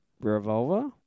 Revolver